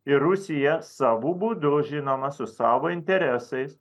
ir rusija savu būdu žinoma su savo interesais